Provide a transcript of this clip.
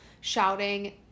shouting